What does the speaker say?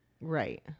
Right